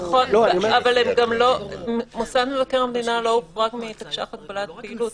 אבל מוסד מבקר המדינה לא הוחרג מתקש"ח הגבלת פעילות.